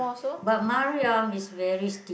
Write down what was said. but Mariam is very stingy